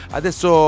adesso